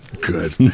good